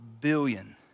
billion